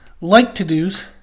like-to-dos